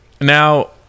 Now